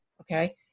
okay